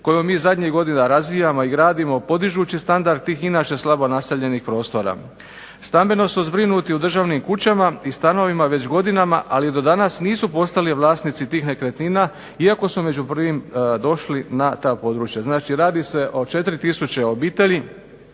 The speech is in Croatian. kojom mi zadnjih godina razvijamo i gradimo podižući standard tih inače slabo naseljenih prostora. Stambeno su zbrinuti u državnim kućama i stanovima već godinama, ali do danas nisu postali vlasnici tih nekretnina, iako su među prvim došli na ta područja. Znači radi se o 4 tisuće obitelji